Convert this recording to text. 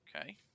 okay